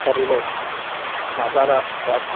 కర్రీలో మసాలాఘాటు